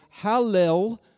Hallel